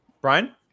brian